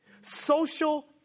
social